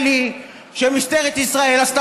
ישראל שיצא נגד מוסדותיה הדמוקרטיים.